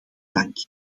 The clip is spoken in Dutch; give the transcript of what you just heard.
dank